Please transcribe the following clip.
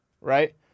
right